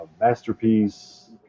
Masterpiece